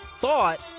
thought